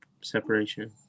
separation